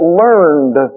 learned